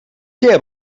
què